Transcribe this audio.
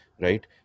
right